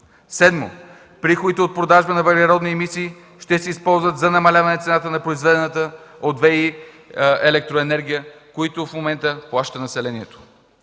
7. Приходите от продажба на въглеродни емисии ще се използват за намаляване цената на произведената от ВЕИ електроенергия, които в момента плаща населението.